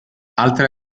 altre